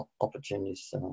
opportunities